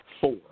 four